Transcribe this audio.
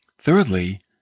Thirdly